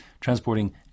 transporting